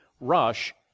rush